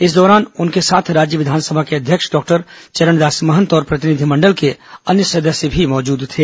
इस दौरान उनके साथ राज्य विधानसभा के अध्यक्ष डॉक्टर चरणदास महंत और प्रतिनिधिमंडल के अन्य सदस्य भी मौजूद थे